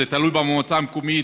זה תלוי במועצה המקומית,